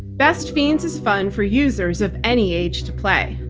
best fiends is fun for users of any age to play.